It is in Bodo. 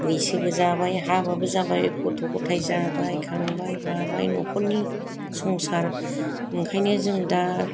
बैसोबो जाबाय हाबाबो जाबाय गथ' गथाय जाबाय खांबाय बाबाय नखरनि संसार ओंखायनो जों दा